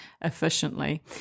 efficiently